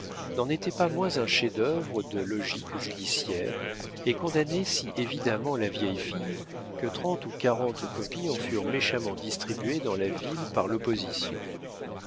n'en était pas moins un chef-d'œuvre de logique judiciaire et condamnait si évidemment la vieille fille que trente ou quarante copies en furent méchamment distribuées dans la ville par l'opposition